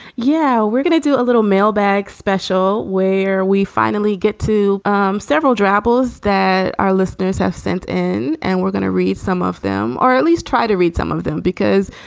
yeah, we're gonna do a little mailbags special where we finally get to um several dry apples that our listeners have sent in and we're gonna read some of them or at least try to read some of them because,